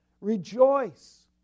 Rejoice